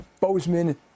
Bozeman